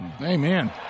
Amen